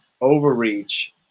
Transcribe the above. overreach